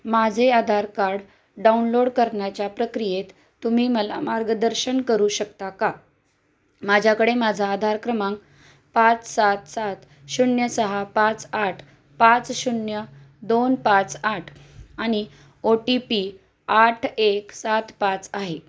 माझे Aadhaar card download करण्याच्या प्रक्रियेत तुम्ही मला मार्गदर्शन करू शकता का माझ्याकडे माझा आधार क्रमांक पाच सात सात शून्य सहा पाच आठ पाच शून्य दोन पाच आठ आणि ओ टी पी आठ एक सात पाच आहे